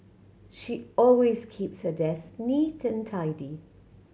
she always keeps her desk neat and tidy